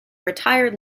retired